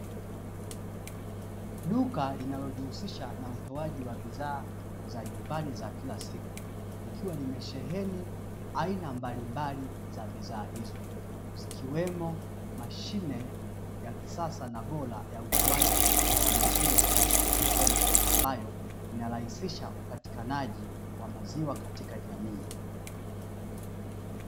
Duka linalojihusisha na utoaji wa bidha za nyumbani za kila siku, likiwa limesheheni aina mbalimbali za bidhaa hizo ikiwemo mashine ya kisasa na bora ya utoaji wa maziwa ya kielektroniki, ambayo inarahisisha upatikanaji wa maziwa katika jamii.